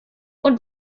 und